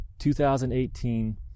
2018